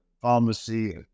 pharmacy